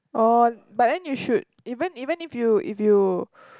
oh but then you should even even if you if you